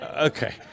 Okay